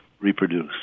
reproduce